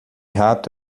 rato